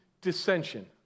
dissension